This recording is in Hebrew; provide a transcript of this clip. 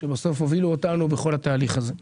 הובילו אותנו בתוך התהליך הזה: